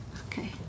Okay